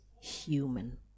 human